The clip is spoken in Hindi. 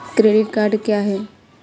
क्रेडिट कार्ड क्या है?